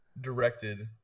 directed